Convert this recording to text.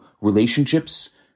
relationships